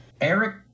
Eric